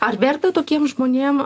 ar verta tokiem žmonėm